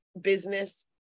business